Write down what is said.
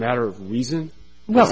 matter of reason well